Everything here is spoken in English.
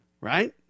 right